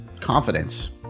confidence